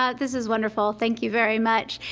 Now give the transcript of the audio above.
ah this is wonderful. thank you very much.